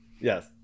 yes